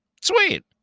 Sweet